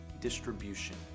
distribution